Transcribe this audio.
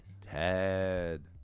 Ted